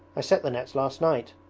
i set the nets last night